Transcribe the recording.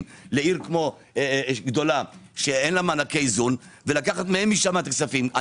לעיר גדולה שאין לה מענקי איזון ולקחת משם את הכספים.